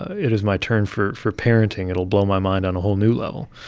it is my turn for for parenting, it'll blow my mind on a whole new level.